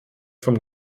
vom